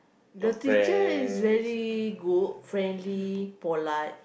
the teacher is very good friendly polite